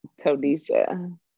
Todisha